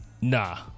Nah